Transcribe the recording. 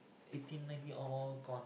eighteen nineteen all gone